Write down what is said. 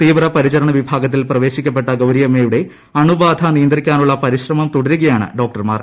തീവ്രപരിചരണ വിഭാഗത്തിൽ പ്രവേശിപ്പിക്കപ്പെട്ട ഗൌരിയമ്മയുടെ അണുബാധ നിയന്ത്രിക്കാനുള്ള പരിശ്രമം തുടരുകയാണ് ഡോക്ടർമാർ